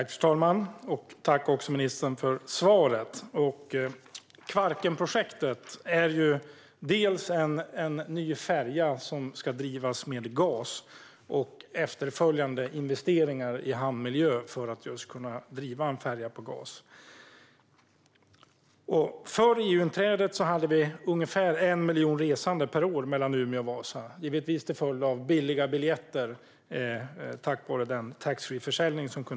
Fru talman! Tack, ministern, för svaret! Kvarkenprojektet innebär bland annat en ny färja som ska drivas med gas och efterföljande investeringar i hamnmiljö för att just kunna driva en färja med gas. Före EU-inträdet fanns ungefär 1 miljon resande per år mellan Umeå och Vasa - givetvis till följd av billiga biljetter tack vare taxfreeförsäljningen.